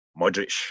Modric